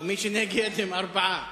ומי שנגד הם ארבעה,